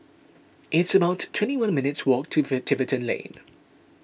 it's about twenty one minutes' walk to Tiverton Lane